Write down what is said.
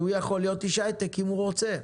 הוא יכול להיות איש הייטק אם הוא רוצה.